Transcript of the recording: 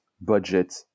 budget